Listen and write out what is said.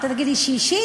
אתה תגיד לי ששינסקי,